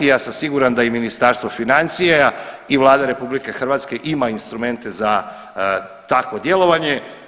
Ja sam siguran da i Ministarstvo financija i Vlada RH ima instrumente za takvo djelovanje.